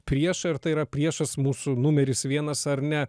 priešą ir tai yra priešas mūsų numeris vienas ar ne